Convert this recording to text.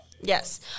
Yes